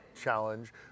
challenge